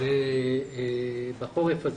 בחורף הזה.